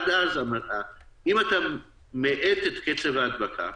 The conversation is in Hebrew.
אם אתה מאט את קצב ההדבקה,